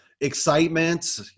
excitement